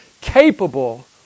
capable